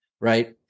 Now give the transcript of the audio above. Right